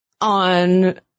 on